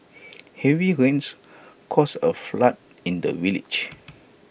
heavy rains caused A flood in the village